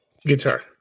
Guitar